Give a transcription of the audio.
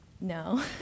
No